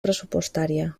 pressupostària